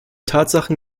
tatsachen